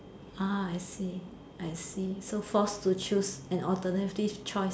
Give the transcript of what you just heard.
ah I see I see so forced to choose an alternative choice